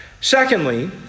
Secondly